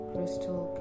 Crystal